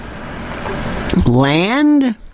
Land